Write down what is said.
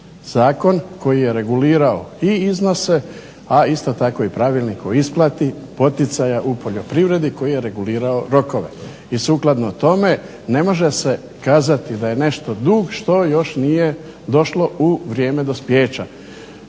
zakon koji je regulirao i iznose a isto tako i pravilnik o isplati poticaja u poljoprivredi koji je regulirao rokove. I sukladno tome ne može se kazati da je nešto dug što još nije došlo u vrijeme dospijeća.